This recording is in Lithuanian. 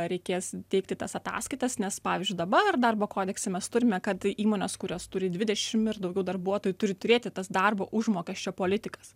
reikės teikti tas ataskaitas nes pavyzdžiui dabar darbo kodekse mes turime kad įmonės kurios turi dvidešimt ir daugiau darbuotojų turi turėti tas darbo užmokesčio politikas